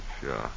Sure